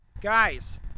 guys